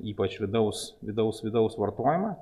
ypač vidaus vidaus vidaus vartojimą